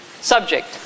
subject